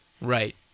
right